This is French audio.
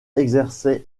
exerçait